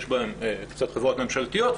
יש בהם קצת חברות ממשלתיות,